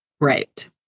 Right